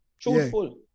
truthful